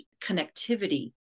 connectivity